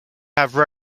have